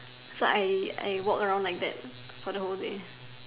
so I I walk around like that for the whole day